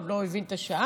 הוא עוד לא הבין את השעה.